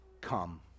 come